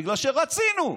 בגלל שרצינו.